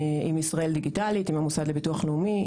בשיתוף עם ׳ישראל דיגיטלית׳ ועם המוסד לביטוח לאומי.